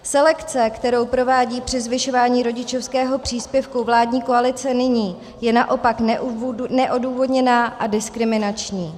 Selekce, kterou provádí při zvyšování rodičovského příspěvku vládní koalice nyní, je naopak neodůvodněná a diskriminační.